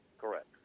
Correct